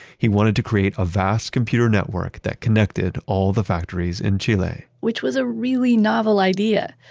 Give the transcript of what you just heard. he wanted to create a vast computer network that connected all the factories in chile which was a really novel idea.